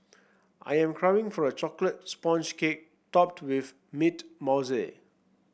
I am craving for a chocolate sponge cake topped with mint mousse